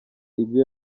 ibyo